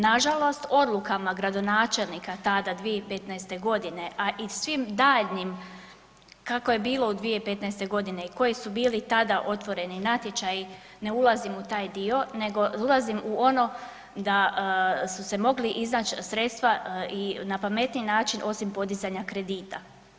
Nažalost odlukama gradonačelnika tada 2015. godine, a i svim daljnjim kako je bilo u 2015. godini i koji su bili tada otvoreni natječaji ne ulazim u taj dio nego ulazim u ono da su se mogli iznaći sredstva i na pametniji način osim podizanja kredita.